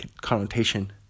connotation